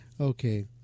Okay